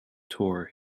tour